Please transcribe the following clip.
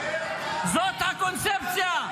זאת הקונספציה.